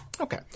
okay